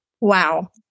Wow